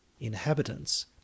inhabitants